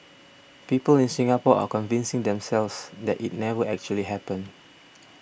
people in Singapore are convincing themselves that it never actually happened